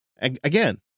Again